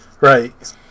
Right